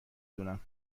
دونم